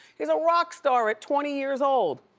he's a rockstar at twenty years old.